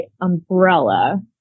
umbrella